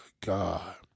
God